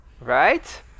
Right